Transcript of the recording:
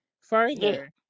further